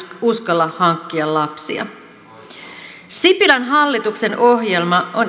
uskalla hankkia lapsia sipilän hallituksen ohjelma on